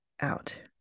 out